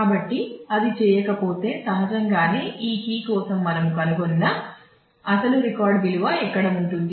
కాబట్టి అది చేయకపోతే సహజంగానే ఈ కీ కోసం మనము కనుగొన్న అసలు రికార్డ్ విలువ ఎక్కడ ఉంటుంది